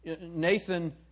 Nathan